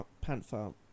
Panther